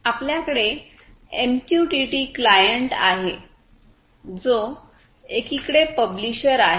आपल्याकडे MQTT client आहे जो एकीकडे पब्लिशर आहे